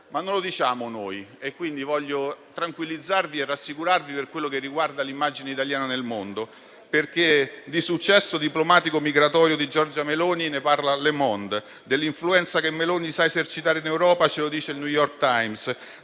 Ma non lo diciamo noi: voglio tranquillizzarvi e rassicurarvi per quello che riguarda l'immagine italiana nel mondo, perché di successo diplomatico-migratorio di Giorgia Meloni parla «Le Monde»; dell'influenza che Meloni sa esercitare in Europa parla il «The New York Times»;